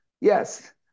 yes